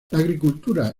agricultura